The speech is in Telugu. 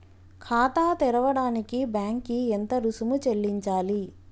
ఖాతా తెరవడానికి బ్యాంక్ కి ఎంత రుసుము చెల్లించాలి?